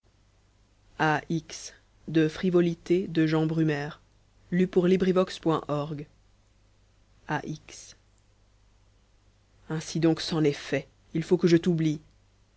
ainsi donc c'en est fait il faut que je t